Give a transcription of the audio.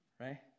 Right